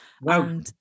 Wow